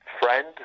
friend